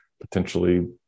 potentially